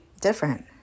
different